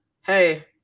hey